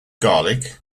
garlic